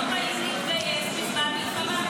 בני הישיבות לא באים להתגייס בזמן מלחמה.